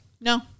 No